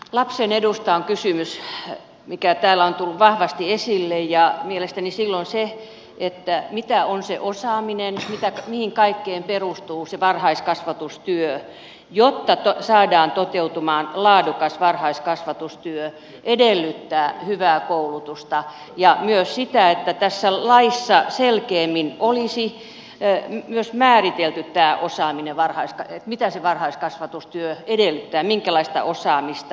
lapsen edusta on kysymys mikä täällä on tullut vahvasti esille ja mielestäni silloin se mitä on se osaaminen mihin kaikkeen perustuu se varhaiskasvatustyö jotta saadaan toteutumaan laadukas varhaiskasvatustyö edellyttää hyvää koulutusta ja myös sitä että tässä laissa selkeämmin olisi myös määritelty tämä osaaminen mitä se varhaiskasvatustyö edellyttää minkälaista osaamista